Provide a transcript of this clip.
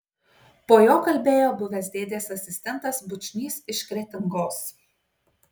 po jo kalbėjo buvęs dėdės asistentas bučnys iš kretingos